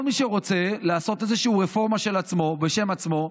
כל מי שרוצה לעשות רפורמה בשם עצמו,